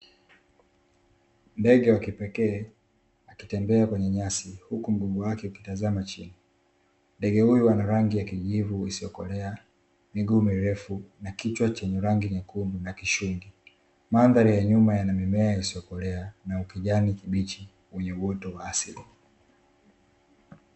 Ndege wa kipekee akitembea kwenye nyasi huku mdomo wake ukitazama chini. Ndege huyu ana rangi ya kijivu isiyokolea, miguu mirefu na kichwa chenye rangi nyekundu na kishungi. Mandhari ya nyuma yana mimea isiyokolea na ukijani kibichi wenye uoto wa asili.